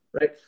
right